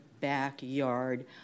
backyard